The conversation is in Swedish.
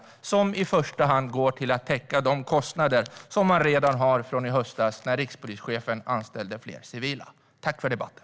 Dessa pengar kommer i första hand att gå till att täcka de kostnader som uppstod i höstas när rikspolischefen anställde fler civila. Tack för debatten!